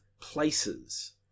places